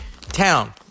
town